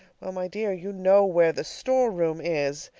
well, my dear, you know where the store room is!